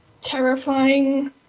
terrifying